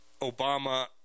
obama